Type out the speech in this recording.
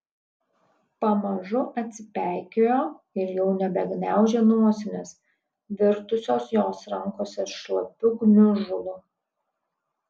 pamažu atsipeikėjo ir jau nebegniaužė nosinės virtusios jos rankose šlapiu gniužulu